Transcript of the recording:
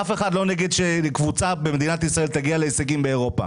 אף אחד לא נגד שקבוצה במדינת ישראל תגיע להישגים באירופה,